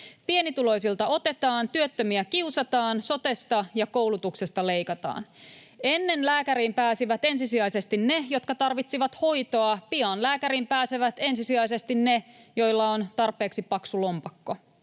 Pienituloisilta otetaan, työttömiä kiusataan, sotesta ja koulutuksesta leikataan. Ennen lääkäriin pääsivät ensisijaisesti ne, jotka tarvitsivat hoitoa, pian lääkäriin pääsevät ensisijaisesti ne, joilla on tarpeeksi paksu lompakko.